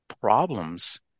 problems